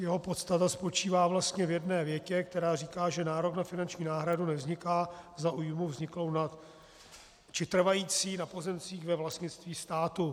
Jeho podstata spočívá vlastně v jedné větě, která říká, že nárok na finanční náhradu nevzniká za újmu vzniklou či trvající na pozemcích ve vlastnictví státu.